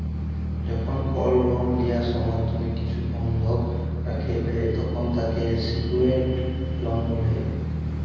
যখল কল লন লিয়ার সময় তুমি কিছু বনধক রাখে ল্যয় তখল তাকে স্যিক্যুরড লন বলে